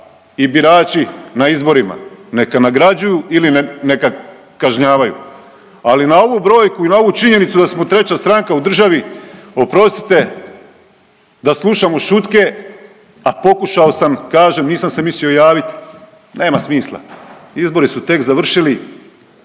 i birači na izborima. Neka nagrađuju ili neka kažnjavaju ali na ovu brojku i na ovu činjenicu da smo treća stranka u državi, oprostite da slušamo šutke, a pokušao sam kažem nisam se mislio javit. Nema smisla. Izbori su tek završili